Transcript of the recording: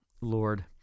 Lord